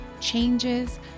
changes